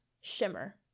shimmer